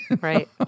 Right